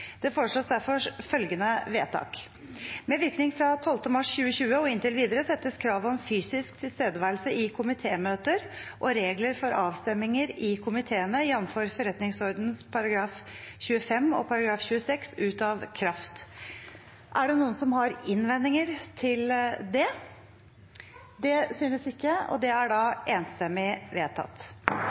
Det foreslås derfor følgende vedtak: «Med virkning fra 12. mars 2020 og inntil videre settes kravet om fysisk tilstedeværelse i Stortingets forretningsorden § 25 om komitemøter og § 26 om avstemminger i komiteene ut av kraft.» Er det noen som har innvendinger til det? – Så synes ikke, og forslaget er med det enstemmig vedtatt.